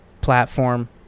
platform